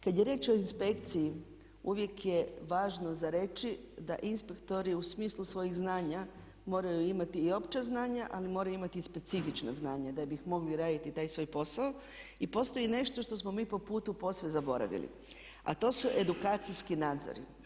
Kad je riječ o inspekciji uvijek je važno za reći da inspektori u smislu svoju znanja moraju imati i opća znanja ali moraju imati i specifična znanja da bi mogli raditi taj svoj posao i postoji nešto što smo mi po putu posve zaboravili a to su edukacijski nadzori.